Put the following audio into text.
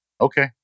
Okay